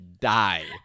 die